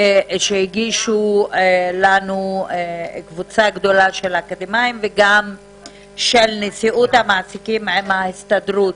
שהגישו לנו קבוצה גדולה של אקדמאים וגם נשיאות המעסיקים עם ההסתדרות,